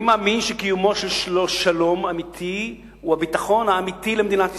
אני מאמין שקיומו של שלום אמיתי הוא הביטחון האמיתי למדינת ישראל,